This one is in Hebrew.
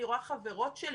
אני רואה חברות שלי